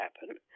happen